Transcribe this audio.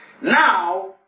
Now